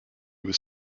was